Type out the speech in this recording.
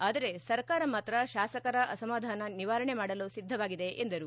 ಆದರೆ ಸರ್ಕಾರ ಮಾತ್ರ ಶಾಸಕರ ಅಸಮಾಧಾನ ನಿವಾರಣೆ ಮಾಡಲು ಸಿದ್ದವಾಗಿದೆ ಎಂದರು